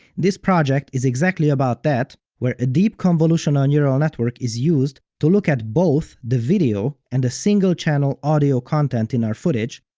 this project is exactly about that, where a deep convolutional neural network is used to look at both the video and the single-channel audio content in our footage,